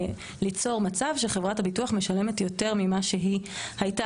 ליצור מצב שחברת הביטוח משלמת יותר ממה שהיא הייתה